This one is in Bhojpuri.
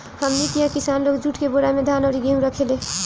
हमनी किहा किसान लोग जुट के बोरा में धान अउरी गेहू रखेले